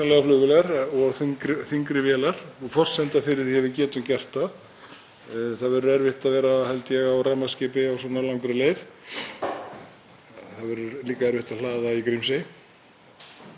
það verður líka erfitt að hlaða í Grímsey en allt er hægt. En fyrst og fremst þurfum við að leita leiða til að fara í þetta. Allt kostar þetta hins vegar talsverða fjármuni.